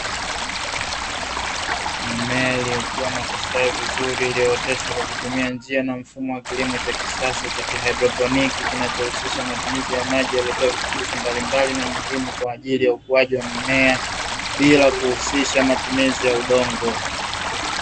Mimea iliyokuwa na kustawi vizuri ilioteshwa kwa kutumia njia na mfumo wa kilimo cha kisasa cha haidroponi kinachohusisha matumizi ya maji yaliyotiwa virutubisho mbali mbali na muhimu kwa ajili ya ukuaji wa mmea bila kuhusisha matumizi ya udongo.